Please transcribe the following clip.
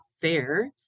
fair